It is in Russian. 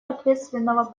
ответственного